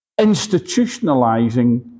Institutionalizing